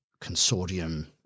consortium